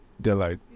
Delight